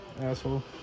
Asshole